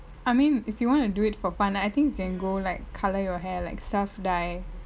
I mean if you want to do it for fun then I think you can go like colour your hair like self dye